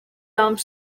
arms